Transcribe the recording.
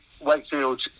Wakefield